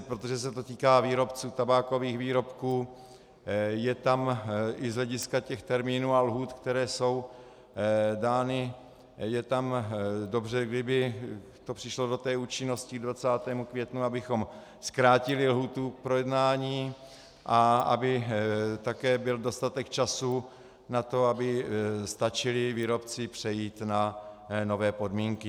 Protože se to týká výrobců tabákových výrobků, je tam, i z hlediska termínů a lhůt, které jsou dány, je tam dobře, kdyby to přišlo do účinnosti k 20. květnu, abychom zkrátili lhůtu k projednání a aby také byl dostatek času na to, aby stačili výrobci přejít na nové podmínky.